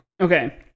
Okay